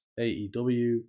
AEW